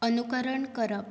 अनुकरण करप